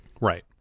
Right